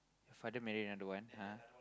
father married another one !huh!